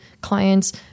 clients